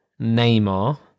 Neymar